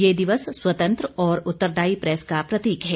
यह दिवस स्वतंत्र और उत्तरदायी प्रेस का प्रतीक है